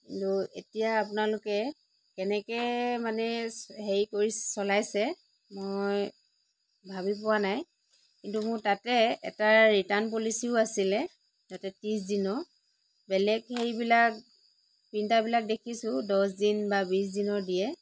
কিন্তু এতিয়া আপোনালোকে কেনেকৈ মানে হেৰি কৰি চলাইছে মই ভাবি পোৱা নাই কিন্তু মোৰ তাতে এটা ৰিটাৰ্ণ পলিচিও আছিলে তাতে ত্ৰিছ দিনৰ বেলেগ হেৰি বিলাক প্ৰিন্টাৰবিলাক দেখিছোঁ দহ দিন বা বিশ দিনৰ দিয়ে